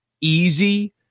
easy